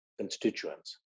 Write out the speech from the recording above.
constituents